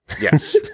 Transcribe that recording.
yes